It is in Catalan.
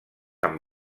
amb